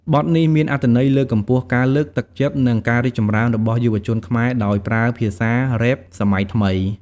បទនេះមានអត្ថន័យលើកកម្ពស់ការលើកទឹកចិត្ត និងការរីកចម្រើនរបស់យុវជនខ្មែរ ដោយប្រើភាសាររ៉េបសម័យថ្មី។